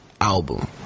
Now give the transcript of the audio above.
album